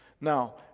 Now